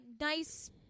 nice